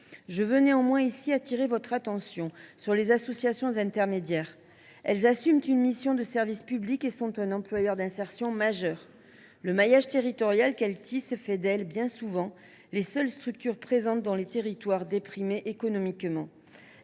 mes chers collègues, j’appelle votre attention sur les associations intermédiaires. Elles assument une mission de service public et sont un employeur d’insertion majeur. Le maillage territorial qu’elles tissent fait d’elles, bien souvent, les seules structures présentes dans les territoires économiquement